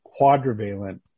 quadrivalent